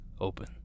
open